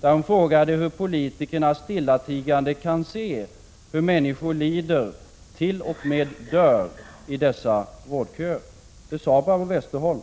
Hon ställde i artikeln frågan hur politikerna stillatigande kan åse hur människor lider, t.o.m. dör, i dessa vårdköer. Det sade Barbro Westerholm,